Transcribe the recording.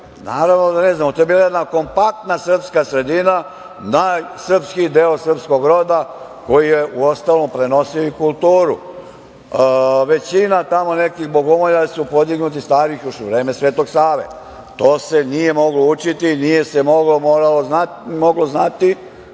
Naravno da ne znamo. To je bila jedna kompaktna srpska sredina, najsrpskiji deo srpskog roda koji je uostalom prenosio i kulturu. Većina tamo nekih bogomolja su podignuti, još u vreme Svetog Save. To se nije moglo učiti, nije se moglo znati,